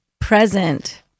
present